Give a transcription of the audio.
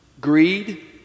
greed